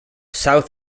south